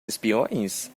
espiões